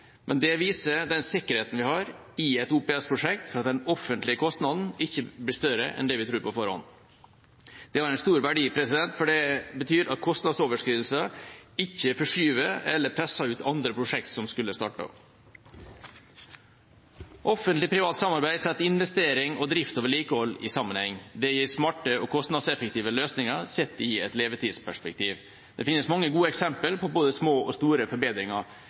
Men det viser den sikkerheten vi har i et OPS-prosjekt for at den offentlige kostnaden ikke blir større enn det vi tror på forhånd. Det har en stor verdi, for det betyr at kostnadsoverskridelser ikke forskyver eller presser ut andre prosjekter som skulle startet. Offentlig–privat samarbeid setter investering og drift og vedlikehold i sammenheng. Det gir smarte og kostnadseffektive løsninger sett i et levetidsperspektiv. Det finnes mange gode eksempler på både små og store forbedringer.